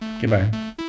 Goodbye